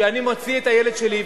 כשאני מוציא את הילד שלי,